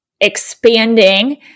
expanding